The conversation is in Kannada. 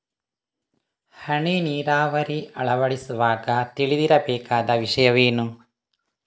ಹನಿ ನೀರಾವರಿ ಅಳವಡಿಸುವಾಗ ತಿಳಿದಿರಬೇಕಾದ ವಿಷಯವೇನು?